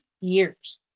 years